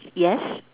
yes